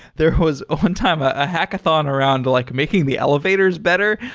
there was ah one time a hackathon around like making the elevators better.